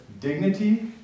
dignity